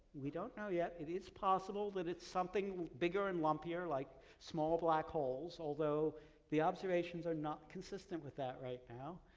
we don't know yet, it is possible that it's something bigger and lumpier, like small black holes, although the observations are not consistent with that right now.